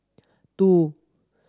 two